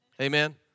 Amen